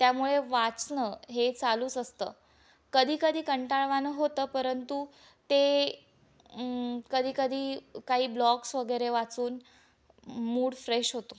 त्यामुळे वाचणं हे चालूच असतं कधी कधी कंटाळवाणं होतं परंतु ते कधी कधी काही ब्लॉग्स वगैरे वाचून मूड फ्रेश होतो